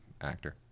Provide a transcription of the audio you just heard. actor